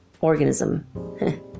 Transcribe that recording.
Organism